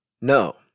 No